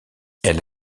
elle